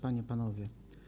Panie i Panowie!